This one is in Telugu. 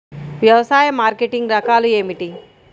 వ్యవసాయ మార్కెటింగ్ రకాలు ఏమిటి?